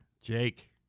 Jake